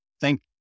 thank